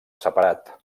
separat